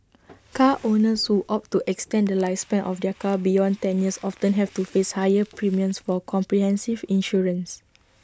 car owners who opt to extend the lifespan of their car beyond ten years often have to face higher premiums for comprehensive insurance